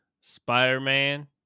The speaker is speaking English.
Spider-Man